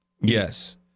Yes